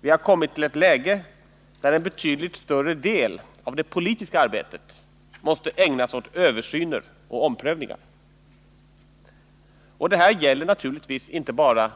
Vi har kommit till ett läge där en betydligt större del av det politiska arbetet måste ägnas åt översyner och omprövningar. Och det här gäller naturligtvis inte bara